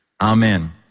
Amen